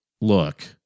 Look